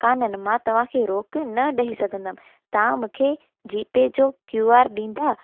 कोन्हनि मां तव्हांखे रोक न ॾेई सघंदमि तव्हां मूंखे जी पे जो क्यू आर ॾींदा